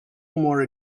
more